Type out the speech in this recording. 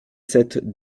cette